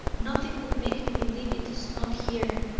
nothing will make me believe it is not here.